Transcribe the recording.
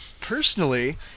Personally